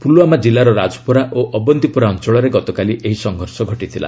ପୁଲୱାମା ଜିଲ୍ଲାର ରାଜପୋରା ଓ ଅବନ୍ତୀପୁରା ଅଞ୍ଚଳରେ ଗତକାଲି ଏହି ସଂଘର୍ଷ ଘଟିଥିଲା